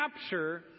capture